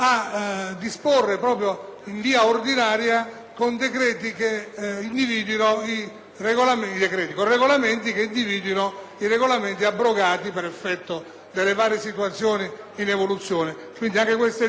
regolamenti che individuino i regolamenti abrogati per effetto delle varie situazioni in evoluzione. Quindi, anche queste disposizioni contenute nel